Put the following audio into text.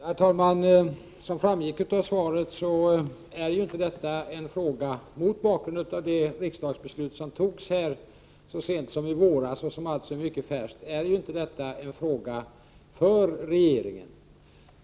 Herr talman! Som framgick av svaret, är inte detta — mot bakgrund av det beslut som riksdagen fattade så sent som i våras och som alltså är mycket färskt — en fråga för regeringen.